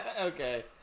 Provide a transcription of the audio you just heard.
Okay